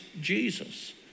Jesus